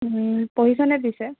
পঢ়িছনে পিছে